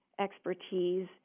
expertise